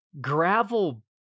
gravel